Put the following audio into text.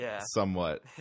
somewhat